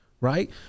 right